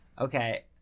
Okay